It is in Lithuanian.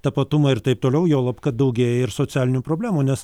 tapatumą ir taip toliau juolab kad daugėja ir socialinių problemų nes